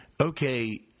okay